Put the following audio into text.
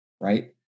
right